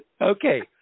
Okay